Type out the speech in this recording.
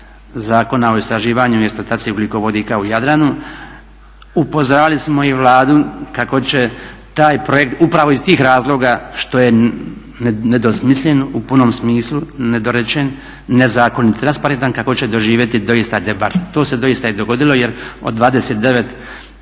Zakona o istraživanju i eksploataciji ugljikovodika u Jadranu. Upozoravali smo i Vladu kako će taj projekt upravo iz tih razloga što je nedosmislen u punom smislu, nedorečen, nezakonit, netransparentan kako će doživjeti doista debakl. To se doista i dogodilo jer od 29